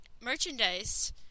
merchandise